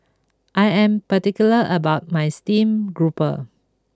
I am particular about my steamed grouper